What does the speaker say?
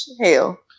Hell